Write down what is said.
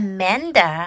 Amanda